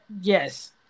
Yes